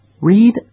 Read